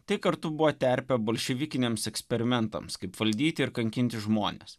tai kartu buvo terpė bolševikiniams eksperimentams kaip valdyti ir kankinti žmones